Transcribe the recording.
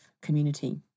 community